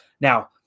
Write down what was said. Now